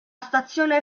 stazione